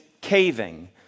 caving